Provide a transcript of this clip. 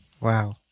Wow